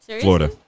Florida